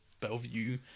Bellevue